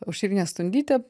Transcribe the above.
aušrinė stundytė